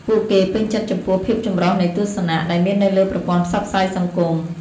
ពួកគេពេញចិត្តចំពោះភាពចម្រុះនៃទស្សនៈដែលមាននៅលើប្រព័ន្ធផ្សព្វផ្សាយសង្គម។